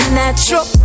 natural